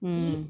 mm